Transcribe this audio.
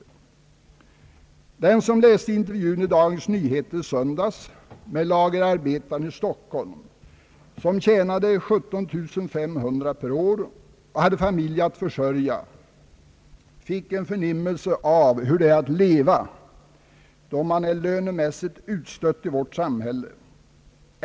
Den som läste intervjun i Dagens Nyheter i söndags med lagerarbetaren i Stockholm, som tjänade 17500 kronor per år och hade familj att försörja, fick en förnimmelse av hur det är att leva som lönemässigt utstött i vårt samhälle.